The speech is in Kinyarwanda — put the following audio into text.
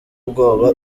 ubwoba